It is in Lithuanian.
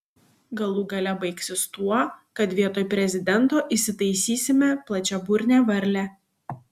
galų gale baigsis tuo kad vietoj prezidento įsitaisysime plačiaburnę varlę